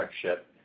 ship